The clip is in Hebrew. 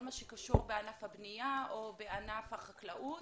מה שקשור בענף הבנייה או בענף החקלאות,